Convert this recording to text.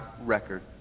record